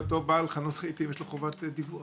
אותו בעל חנות רהיטים יש לו חובת דיווח.